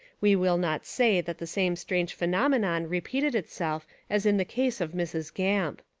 we will not say that the same strange phenomenon repeated itself as in the case of mrs. gamp.